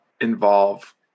involve